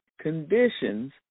conditions